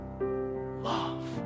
Love